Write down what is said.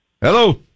Hello